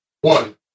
one